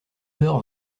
heures